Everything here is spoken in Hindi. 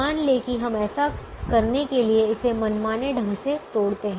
मान लें कि हम ऐसा करने के लिए इसे मनमाने ढंग से तोड़ते हैं